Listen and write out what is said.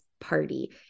party